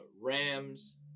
Rams